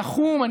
תחום.